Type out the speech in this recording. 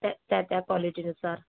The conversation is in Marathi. त्या त्या कॉलिटीनुसार